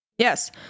Yes